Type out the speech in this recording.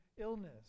illness